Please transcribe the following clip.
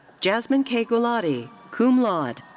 jasmine k. gulati, cum laude.